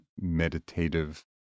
meditative